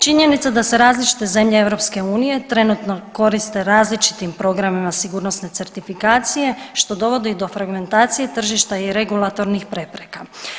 Činjenica da se različite zemlje EU trenutno koriste različitim programima sigurnosne certifikacije, što dovodi do fragmentacije tržišta i regulatornih prepreka.